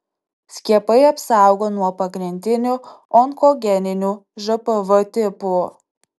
skiepai apsaugo nuo pagrindinių onkogeninių žpv tipų